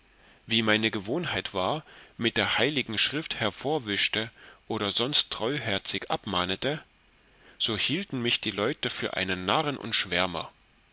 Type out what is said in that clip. wie meine gewohnheit war mit der hl schrift hervorwischte oder sonst treuherzig abmahnete so hielten mich die leute vor einen narren und schwärmer